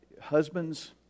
husbands